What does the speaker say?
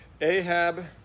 Ahab